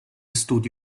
studi